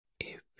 if